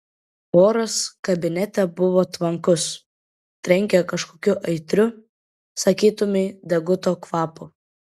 oras kabinete buvo tvankus trenkė kažkokiu aitriu sakytumei deguto kvapu